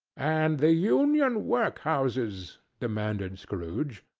and the union workhouses? demanded scrooge.